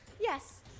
Yes